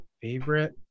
favorite